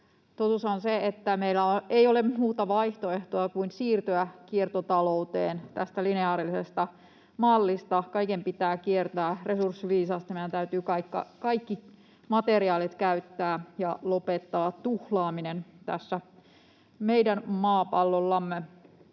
totuus on se, että meillä ei ole muuta vaihtoehtoa kuin siirtyä kiertotalouteen tästä lineaarisesta mallista. Kaiken pitää kiertää resurssiviisaasti, meidän täytyy kaikki materiaalit käyttää ja lopettaa tuhlaaminen tällä meidän maapallollamme.